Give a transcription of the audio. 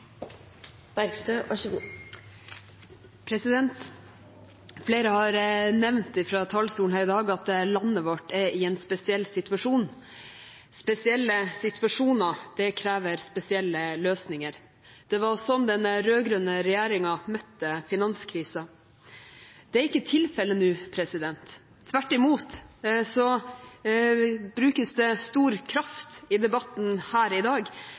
i en spesiell situasjon. Spesielle situasjoner krever spesielle løsninger. Det var sånn den rød-grønne regjeringen møtte finanskrisen. Det er ikke tilfellet nå. Tvert imot brukes det stor kraft i debatten her i dag